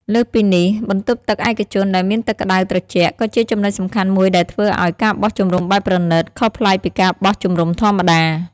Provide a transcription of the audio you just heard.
លើសពីនេះ បន្ទប់ទឹកឯកជនដែលមានទឹកក្តៅត្រជាក់ ក៏ជាចំណុចសំខាន់មួយដែលធ្វើឲ្យ ការបោះជំរំបែបប្រណីត ខុសប្លែកពីការបោះជំរុំធម្មតា។